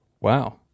Wow